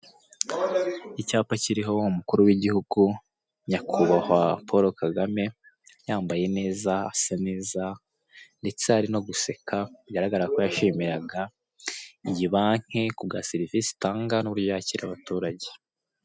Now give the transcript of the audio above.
Icyapa kiriho umukuru w'Igihugu, Nyakubahwa Polo Kagame yambaye neza asa neza ndetse ari no guseka bigaragara yuko yashimiraga iyi banki kugaserivise itanga n'uburyo yakira abaturage.